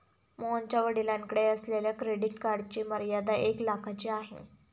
मोहनच्या वडिलांकडे असलेल्या क्रेडिट कार्डची मर्यादा एक लाखाची आहे